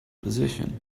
position